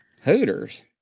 Hooters